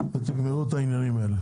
שיגמרו את העניינים האלה,